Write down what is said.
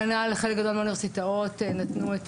כנ"ל חלק גדול מהאוניברסיטאות נתנו את